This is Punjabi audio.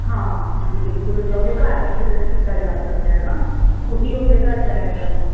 ਹਾਂ ਜੀ ਬਿਲਕੁਲ ਜਾਂ ਉਹਦੇ ਘਰ ਵੀ ਵਿਜਿਟ ਕੀਤਾ ਜਾ ਸਕਦਾ ਹੈ ਨਾ ਖੁਦ ਹੀ ਉਸ ਦੇ ਘਰ ਜਾਇਆ ਜਾਵੇ